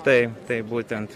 tai taip būtent